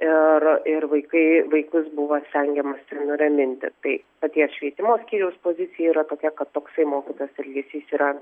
ir ir vaikai vaikus buvo stengiamasi nuraminti tai paties švietimo skyriaus pozicija yra tokia kad toksai mokytojos elgesys yra